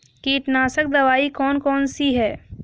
कीटनाशक दवाई कौन कौन सी हैं?